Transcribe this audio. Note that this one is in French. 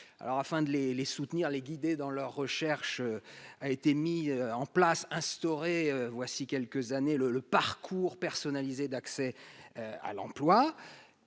afin de les soutenir, les guider dans leur recherche, a été mis en place, instaurer voici quelques années le le parcours personnalisé d'accès à l'emploi